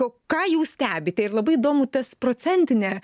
o ką jūs stebite ir labai įdomu tas procentinė